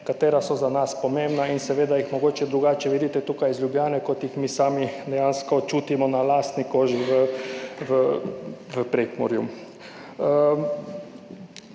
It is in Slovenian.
ki so za nas pomembna in jih mogoče drugače vidite tukaj iz Ljubljane, kot jih mi sami dejansko čutimo na lastni koži v Prekmurju.